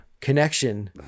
connection